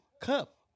cup